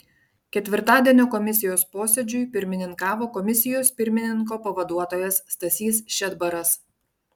ketvirtadienio komisijos posėdžiui pirmininkavo komisijos pirmininko pavaduotojas stasys šedbaras